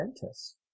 dentist